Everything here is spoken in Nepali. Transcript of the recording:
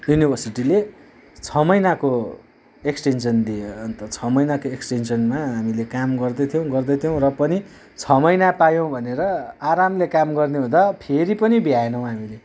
युनिभर्सिटीले छ महिनाको एक्सटेन्सन दियो अन्त छ महिनाको एक्सटेन्सनमा हामीले काम गर्दै थियौँ गर्दै थियौँ र पनि छ महिना पायौँ भनेर आरामले काम गर्ने हुँदा फेरि पनि भ्याएनौँ हामीले